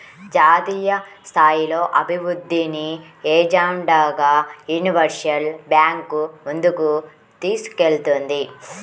జాతీయస్థాయిలో అభివృద్ధిని ఎజెండాగా యూనివర్సల్ బ్యాంకు ముందుకు తీసుకెళ్తుంది